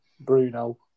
Bruno